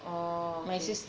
orh okay